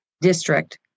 District